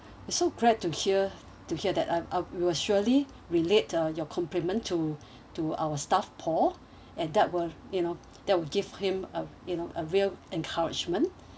it's so glad to hear to hear that I'm uh we will surely relate uh your compliment to to our staff paul and that will you know that will give him uh you know a real encouragement